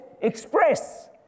express